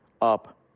up